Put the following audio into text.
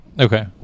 Okay